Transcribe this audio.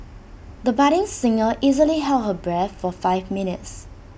the budding singer easily held her breath for five minutes